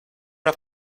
una